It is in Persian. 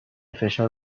فشار